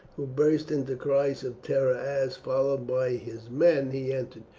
who burst into cries of terror as, followed by his men, he entered.